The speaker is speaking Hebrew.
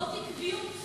זאת עקביות.